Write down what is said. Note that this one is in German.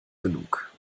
genug